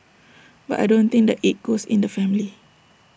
but I don't think that IT goes in the family